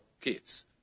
kids